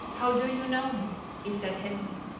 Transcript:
how do you know me? he said heavily,